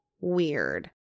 weird